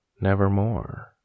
Nevermore